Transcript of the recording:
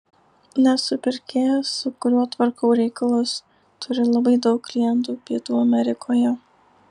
nes supirkėjas su kuriuo tvarkau reikalus turi labai daug klientų pietų amerikoje